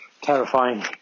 Terrifying